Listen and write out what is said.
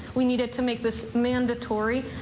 we needed to make this mandatory.